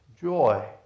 joy